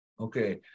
Okay